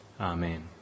Amen